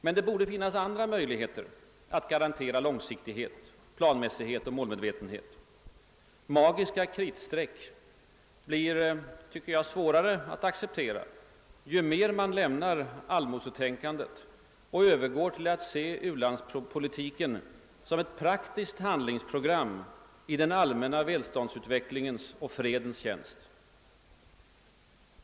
Men det borde finnas andra möjligheter att garantera långsiktighet, planmässighet och målmedvetenhet. Magiska kritstreck blir, tycker jag, svårare att acceptera ju mer man lämnar allmosetänkandet och övergår till att se u-landspolitiken som ett praktiskt handlingsprogram i den allmänna välståndsutvecklingens och = fredens tjänst.